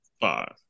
Five